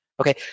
Okay